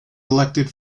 elected